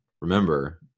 Remember